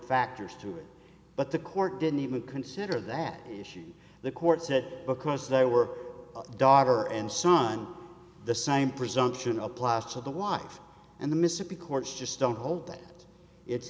factors to it but the court didn't even consider that issue the court said because there were a daughter and son the same presumption applies to the wife and the mississippi courts just don't hold that it's